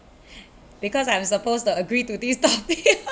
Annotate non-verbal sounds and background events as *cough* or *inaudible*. *breath* because I am supposed to agree to this topic *laughs*